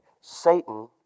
Satan